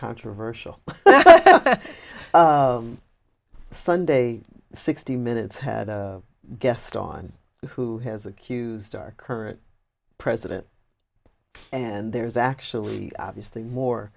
controversial sunday sixty minutes had a guest on who has accused our current president and there is actually obviously more